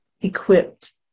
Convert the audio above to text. equipped